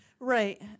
Right